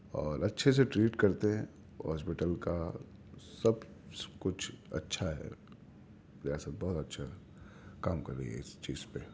اور اچھے سے ٹریٹ کرتے ہیں ہاسپٹل کا سب کچھ اچھا ہے ریاست بہت اچھا کام کر رہی ہے اس چیز پہ